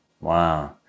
wow